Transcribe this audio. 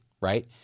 right